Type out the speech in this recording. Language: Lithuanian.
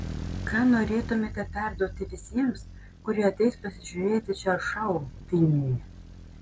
ką norėtumėte perduoti visiems kurie ateis pasižiūrėti šio šou vilniuje